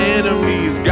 enemies